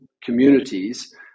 communities